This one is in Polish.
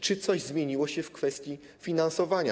Czy coś zmieniło się w kwestii finansowania?